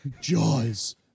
Jaws